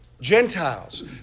Gentiles